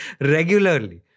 regularly